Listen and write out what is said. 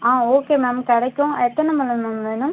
ஆ okay ma'am கிடைக்கும் எத்தனை முழம் மேம் வேணும்